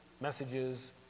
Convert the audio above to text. messages